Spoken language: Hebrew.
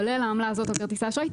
כולל העמלה הזאת על כרטיס האשראי,